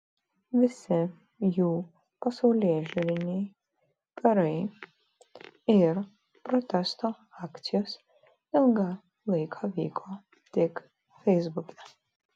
visi jų pasaulėžiūriniai karai ir protesto akcijos ilgą laiką vyko tik feisbuke